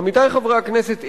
עמיתי חברי הכנסת,